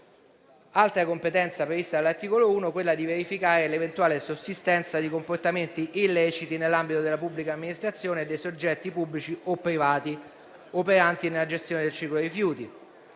Altra competenza prevista dall'articolo 1 è quella di verificare l'eventuale sussistenza di comportamenti illeciti nell'ambito della pubblica amministrazione e dei soggetti pubblici o privati operanti nella gestione del ciclo dei rifiuti.